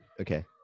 Okay